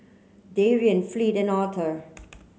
Darion Fleet and Authur